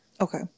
Okay